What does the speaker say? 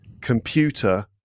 computer